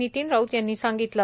नितीन राऊत यांनी सांगितले